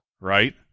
right